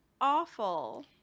awful